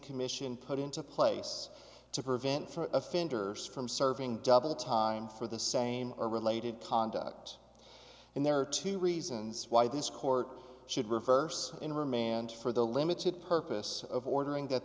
commission put into place to prevent for offenders from serving double time for the same or related conduct and there are two reasons why this court should reverse in remand for the limited purpose of ordering